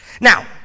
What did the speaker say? Now